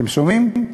אתם שומעים?